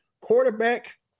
Quarterback